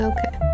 Okay